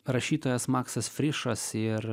rašytojas maksas frišas ir